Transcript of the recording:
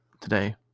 today